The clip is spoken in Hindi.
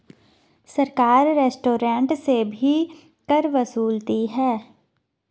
सरकार रेस्टोरेंट से भी कर वसूलती है